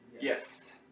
Yes